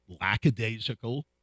lackadaisical